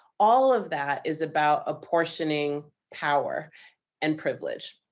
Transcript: all of that is about apportioning power and privilege.